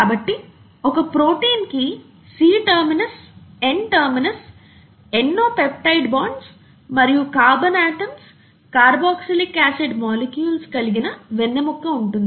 కాబట్టి ఒక ప్రోటీన్ కి C టెర్మినస్ N టెర్మినస్ ఎన్నో పెప్టైడ్ బాండ్స్ మరియు carbon atoms carboxylic acid molecules కలిగిన వెన్నెముక్క ఉంటుంది